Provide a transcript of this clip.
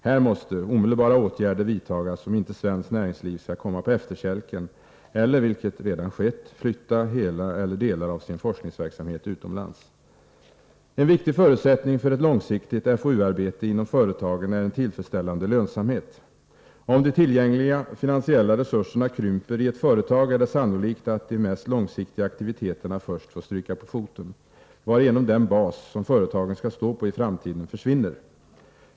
Här måste omedelbara åtgärder vidtas, om inte svenskt näringsliv skall komma på efterkälken eller — vilket redan skett i några fall — flytta hela eller delar av sin forskningsverksamhet utomlands. En viktig förutsättning för ett långsiktigt FoOU-arbete inom företagen är en tillfredsställande lönsamhet. Om de tillgängliga finansiella resurserna krymperi ett företag är det sannolikt att de mest långsiktiga aktiviteterna först får stryka på foten, varigenom den bas som företagen skall stå på i framtiden försvinner.